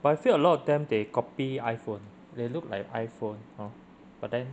but I feel a lot of them they copy iPhone they look like iPhone hor but then